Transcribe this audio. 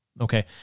Okay